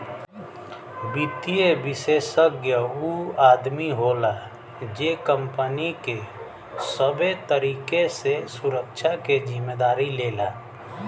वित्तीय विषेशज्ञ ऊ आदमी होला जे कंपनी के सबे तरीके से सुरक्षा के जिम्मेदारी लेला